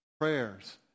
prayers